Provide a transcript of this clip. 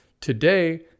Today